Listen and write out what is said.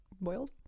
Boiled